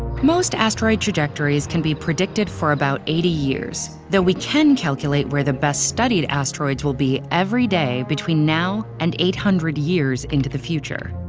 most asteroid trajectories can be predicted for about eighty years though we can calculate where the best studied asteroids will be every day between now and eight hundred years into the future.